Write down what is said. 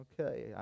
Okay